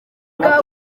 bwa